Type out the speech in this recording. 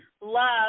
love